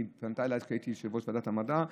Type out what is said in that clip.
היא פנתה אליי כשהייתי יושב-ראש ועדת המדע,